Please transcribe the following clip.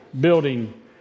building